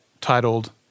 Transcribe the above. titled